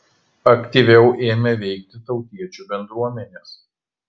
aktyviau ėmė veikti tautiečių bendruomenės